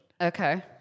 Okay